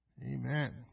Amen